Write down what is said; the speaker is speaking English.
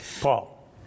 Paul